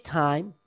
time